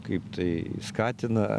kaip tai skatina